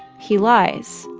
he lies,